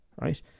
right